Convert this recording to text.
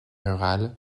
rurale